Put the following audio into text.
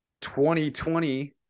2020